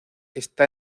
está